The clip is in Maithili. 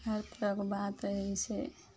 हर तरहके बात रहय छै